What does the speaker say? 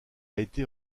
été